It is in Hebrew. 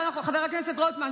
חבר הכנסת רוטמן,